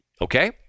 Okay